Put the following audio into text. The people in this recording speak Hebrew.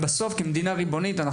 כמדינה ריבונית,